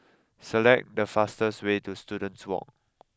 select the fastest way to Students Walk